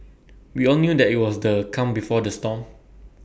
we all knew that IT was the calm before the storm